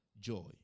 joy